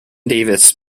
davis